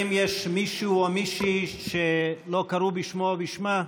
האם יש מישהו או מישהי שלא קראו בשמו או בשמה?